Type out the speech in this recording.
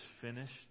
finished